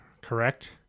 correct